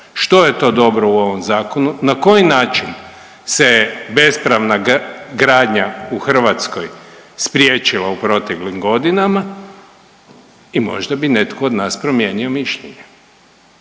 što je to dobro u ovom zakonu, na koji način se bespravna gradnja u Hrvatskoj spriječila u proteklim godinama i možda bi netko od nas promijenio mišljenje,